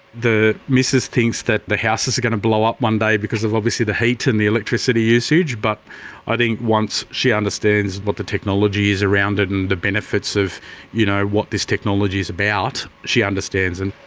the missus thinks the house is is going to blow up one day because of obviously the heat and the electricity usage but i think once she understands what the technology is around it and the benefits of you know what this technology is about, she understands and